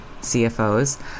CFOs